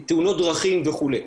תאונות דרכים וכולי.